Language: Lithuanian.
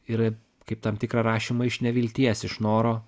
ir kaip tam tikrą rašymą iš nevilties iš noro